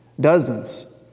dozens